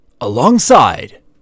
alongside